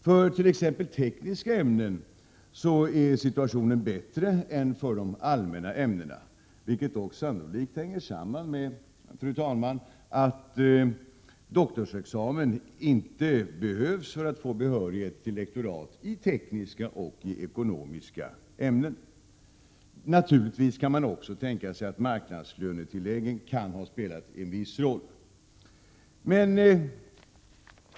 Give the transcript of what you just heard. För t.ex. de tekniska ämnena är situationen bättre än för de allmänna ämnena. Det hänger sannolikt samman med, fru talman, att doktorsexamen inte krävs för behörighet till lektorat i tekniska och ekonomiska ämnen. Man kan naturligtvis också tänka sig att marknadslönetilläggen spelat en viss roll.